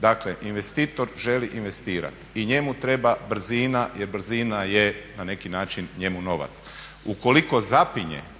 Dakle, investitor želi investirati i njemu treba brzina, jer brzina je na neki način njemu novac. Ukoliko zapinje